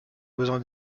besoin